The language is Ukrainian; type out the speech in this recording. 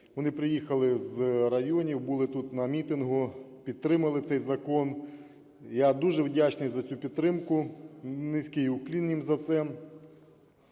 Вони приїхали з районів, були тут на мітингу, підтримали цей закон. Я дуже вдячний за цю підтримку. Низький уклін їм за це.